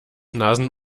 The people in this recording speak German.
nasen